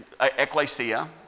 ecclesia